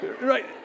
right